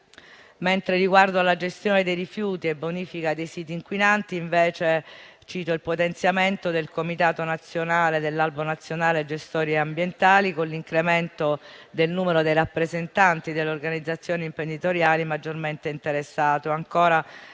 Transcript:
Riguardo alla gestione dei rifiuti e alla bonifica dei siti inquinati, cito il potenziamento del comitato nazionale dell'Albo nazionale gestori ambientali, con l'incremento del numero dei rappresentanti delle organizzazioni imprenditoriali maggiormente interessate.